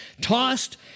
Tossed